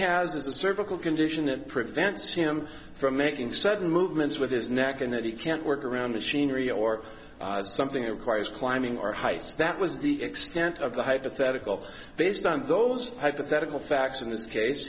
a cervical condition that prevents him from making sudden movements with his neck and that he can't work around machinery or something that requires climbing or heights that was the extent of the hypothetical based on those hypothetical facts in this ca